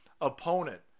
opponent